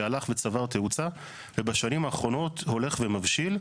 שהלך וצבר תאוצה ובשנים האחרונות הולך ומבשיל.